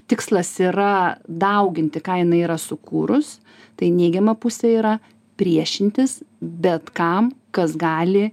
tikslas yra dauginti ką jinai yra sukūrus tai neigiama pusė yra priešintis bet kam kas gali